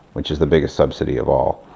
which is the biggest subsidy of all.